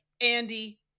Andy